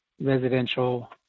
residential